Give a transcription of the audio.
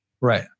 Right